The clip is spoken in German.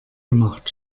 gemacht